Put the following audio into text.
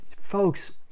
Folks